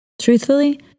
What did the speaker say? Truthfully